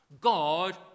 God